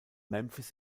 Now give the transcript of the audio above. memphis